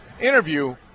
interview